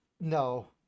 no